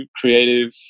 creative